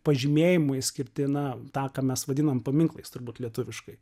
pažymėjimui skirti na tą ką mes vadinam paminklais turbūt lietuviškai